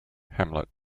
hamlet